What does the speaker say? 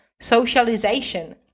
socialization